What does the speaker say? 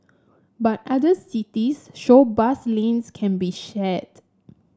but other cities show bus lanes can be shared